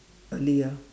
earlier